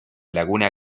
laguna